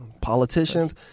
Politicians